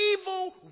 evil